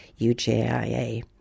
UJIA